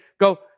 go